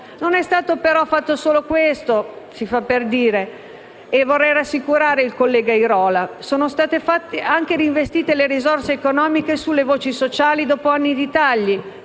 non è stato fatto solo questo; si fa per dire e vorrei rassicurare il collega Airola: sono state anche reinvestite le risorse economiche sulle voci sociali dopo anni di tagli.